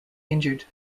injured